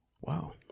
Wow